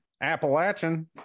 Appalachian